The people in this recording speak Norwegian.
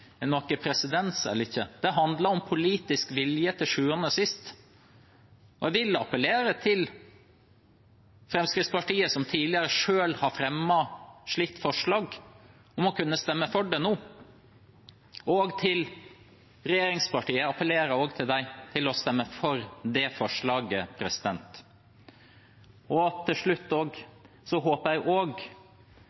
presedens eller ikke. Det handler til sjuende og sist om politisk vilje. Jeg vil appellere til Fremskrittspartiet, som tidligere selv har fremmet et slikt forslag, om å stemme for det nå. Jeg appellerer også til regjeringspartiene om å stemme for det forslaget. Til slutt håper jeg også, selv om jeg har oppfordret til det tidligere i dag og